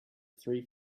three